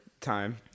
time